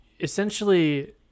essentially